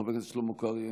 חבר הכנסת שלמה קרעי,